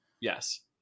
Yes